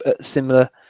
similar